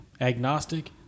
agnostic